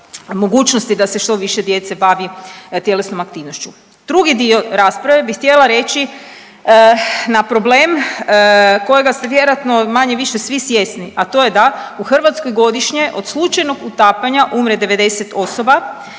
mogućnosti da se što više djece bavi tjelesnom aktivnošću. Drugi dio rasprave bih htjela reći na problem kojega ste vjerojatno manje-više svi svjesni, a to je da u Hrvatskoj godišnje od slučajnog utapanja umre 90 osoba,